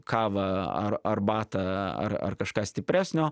kavą ar arbatą ar ar kažką stipresnio